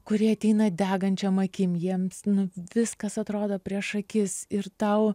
kurie ateina degančiom akim jiems viskas atrodo prieš akis ir tau